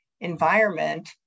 environment